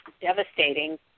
devastating